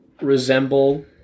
resemble